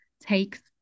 takes